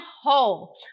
whole